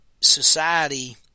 society